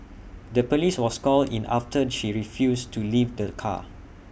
the Police was called in after she refused to leave the car